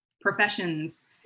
professions